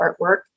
artwork